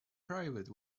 private